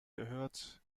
gehört